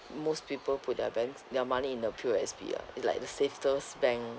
most people put their banks their money in the P_O_S_B ah it like the safest bank